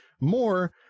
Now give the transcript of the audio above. more